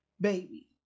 baby